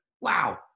wow